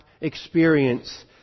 experience